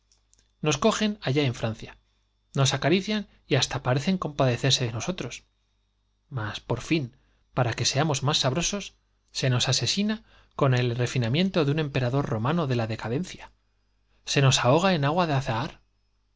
os cogen allá en francia nos acarician y hasta parecen compadecerse dé no sotros mas por fin para que seamos más sabrosos se nos asesina con el refi namiento de un emperador romano de la decadencia i se nos ahoga en agua de azahar